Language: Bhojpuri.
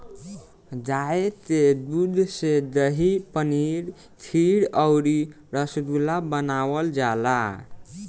गाय के दूध से दही, पनीर खीर अउरी रसगुल्ला बनावल जाला